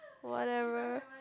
whatever